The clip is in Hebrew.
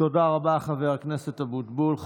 תודה רבה, חבר הכנסת אבוטבול.